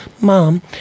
mom